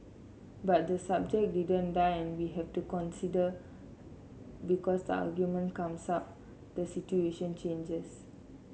but the subject didn't die and we have to consider because the argument comes up the situation changes